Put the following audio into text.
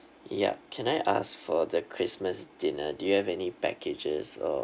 yup can I ask for the christmas dinner do you have any packages or